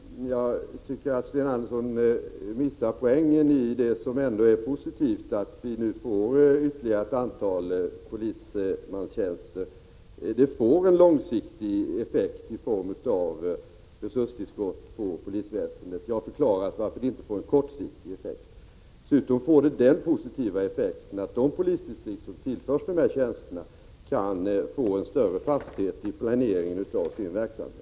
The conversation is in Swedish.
Herr talman! Naturligtvis gör de det. Men jag tycker att Sten Andersson i Malmö missar poängen i det som ändå är positivt, nämligen att vi nu får ytterligare ett antal polismanstjänster. Det får en långsiktig effekt i form av resurstillskott till polisväsendet. Jag har förklarat varför det inte får någon kortsiktig effekt. Dessutom får det den positiva effekten att de polisdistrikt som tillförs dessa tjänster kan få en större fasthet i planeringen av sin verksamhet.